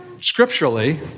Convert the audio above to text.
scripturally